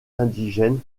indigènes